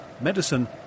medicine